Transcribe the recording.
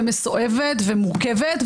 מסועפת ומורכבת,